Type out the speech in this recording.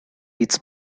its